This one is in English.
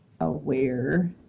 aware